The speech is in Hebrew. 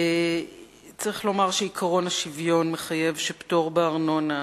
צריך לומר שעקרון השוויון מחייב שפטור מארנונה,